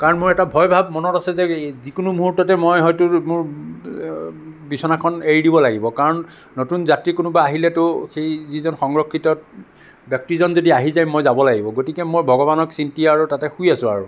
কাৰণ মোৰ এটা ভয় ভাৱ মনত আছে যে যিকোনো মুহূৰ্ততে মই হয়তো মোৰ বিছনাখন এৰি দিব লাগিব কাৰণ নতুন যাত্ৰী কোনোবা আহিলেতো সেই যিজন সংৰক্ষিত ব্যক্তিজন যদি আহি যায় মই যাব লাগিব গতিকে মই ভগৱানক চিন্তি আৰু তাতে শুই আছোঁ আৰু